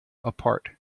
apart